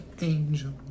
Angel